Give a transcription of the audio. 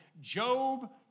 Job